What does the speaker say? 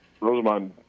Rosamund